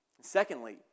Secondly